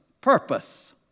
Purpose